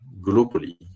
globally